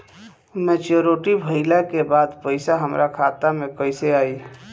Maturity भईला के बाद पईसा हमरे खाता में कइसे आई?